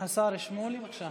השר שמולי, בבקשה.